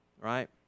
Right